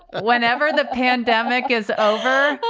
whenever the pandemic is over,